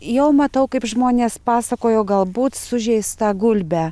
jau matau kaip žmonės pasakojo galbūt sužeistą gulbę